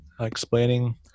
explaining